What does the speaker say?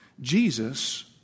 Jesus